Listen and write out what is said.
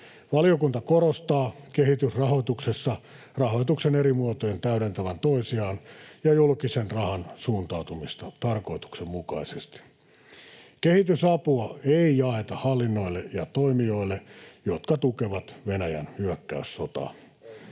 Valiokunta korostaa kehitysrahoituksessa rahoituksen eri muotojen täydentävän toisiaan ja julkisen rahan suuntautumista tarkoituksenmukaisesti. Kehitysapua ei jaeta hallinnoille ja toimijoille, jotka tukevat Venäjän hyökkäyssotaa.